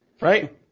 right